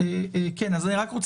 אני לא יודע